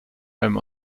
allem